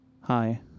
hi